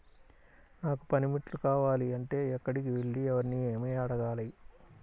నాకు పనిముట్లు కావాలి అంటే ఎక్కడికి వెళ్లి ఎవరిని ఏమి అడగాలి?